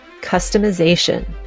customization